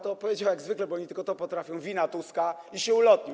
To powiedział jak zwykle, bo oni tylko to potrafią: wina Tuska, i się ulotnił.